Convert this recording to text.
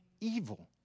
evil